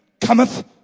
Cometh